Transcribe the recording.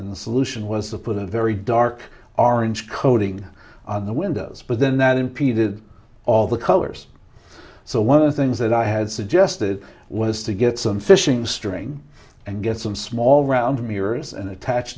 and the solution was to put a very dark orange coating on the windows but then that impeded all the colors so one of the things that i had suggested was to get some fishing string and get some small round mirrors and attach